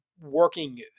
working